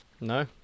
no